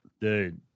dude